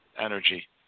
energy